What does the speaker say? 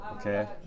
Okay